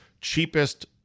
cheapest